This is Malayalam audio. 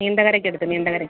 നീണ്ടകരയ്ക്കട്ത്ത് നീണ്ടകരയ്ക്ക്